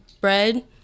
bread